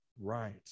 right